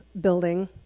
building